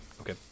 okay